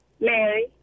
Mary